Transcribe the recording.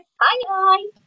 hi